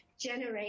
generate